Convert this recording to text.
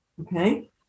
Okay